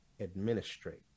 administrate